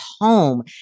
home